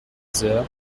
heures